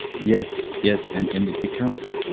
yes, yes, and and it becomes.